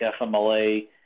FMLA